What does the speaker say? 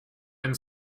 and